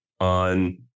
on